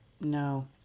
No